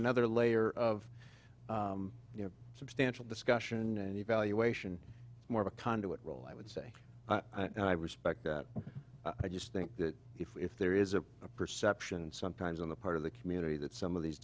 another layer of you know substantial discussion and evaluation more of a conduit role i would say and i respect that i just think that if there is a perception sometimes on the part of the community that some of these